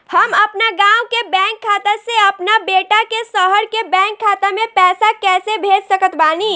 हम अपना गाँव के बैंक खाता से अपना बेटा के शहर के बैंक खाता मे पैसा कैसे भेज सकत बानी?